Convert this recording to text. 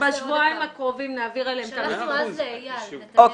--- בשבועיים הקרובים נעביר אליהם --- אנחנו